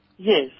Yes